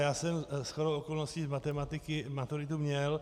Já jsem shodou okolností z matematiky maturitu měl.